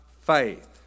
faith